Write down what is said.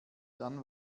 dann